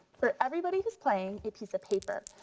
for everybody who's playing a piece of paper.